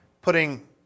putting